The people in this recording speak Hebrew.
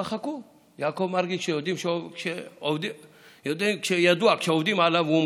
אבל חכו, יעקב מרגי, כשידוע שעובדים עליו, הוא